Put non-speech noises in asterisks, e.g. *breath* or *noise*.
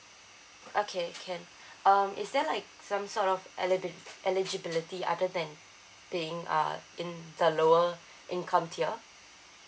okay can *breath* um is there like some sort of eli~ bi~ eligibility other than being uh in the lower *breath* income tier